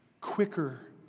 quicker